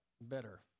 better